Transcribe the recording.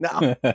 No